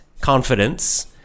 confidence